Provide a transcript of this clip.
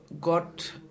got